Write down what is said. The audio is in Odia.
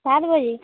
ସାତ୍ ବଜେ